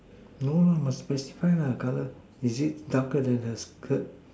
no lah must specify lah color is it darker than the skirt